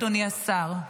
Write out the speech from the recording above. אדוני השר.